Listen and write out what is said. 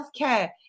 healthcare